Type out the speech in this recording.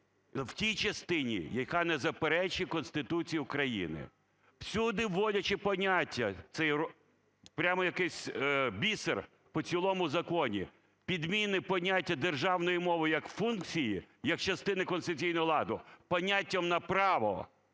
в тій частині, яка не заперечує Конституцію України. Всюди, вводячи поняття, це прямо якийсь бісер по цілому закону, підміни поняття державної мови як функції, як частини конституційного ладу поняттям на право